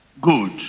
good